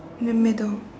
in the middle